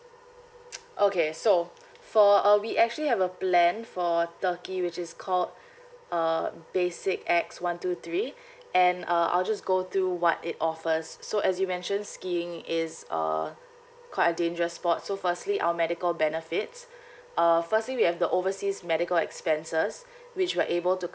okay so for uh we actually have a plan for turkey which is called uh basic X one two three and uh I'll just go through what it offers so as you mentioned skiing is uh quite a dangerous sport so firstly our medical benefits uh firstly we have the overseas medical expenses which we're able to